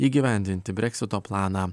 įgyvendinti breksito planą